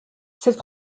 cette